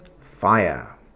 Fire